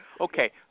Okay